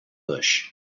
bush